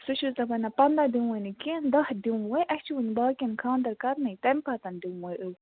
سُہ چھُس دَپان نہَ پَنٛداہ دِمہوے نہٕ کیٚنٛہہ دَہ دِمہوے اَسہِ چھُ وُنہِ باقیَن خانٛدَر کَرنے تَمہِ پَتَن دِمہوے أسۍ